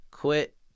quit